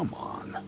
um on!